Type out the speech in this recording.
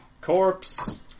corpse